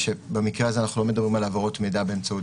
במקרה הזה אנחנו לא מדברים על העברות מידע באמצעות